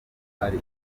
ari